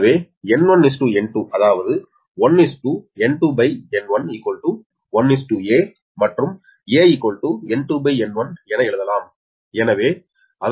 எனவே N1 N2 அதாவது 1N2N11a மற்றும் aN2N1 என எழுதலாம்